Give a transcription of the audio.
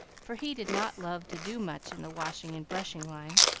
for he did not love to do much in the washing and brushing line.